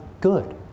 good